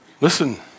Listen